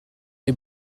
neu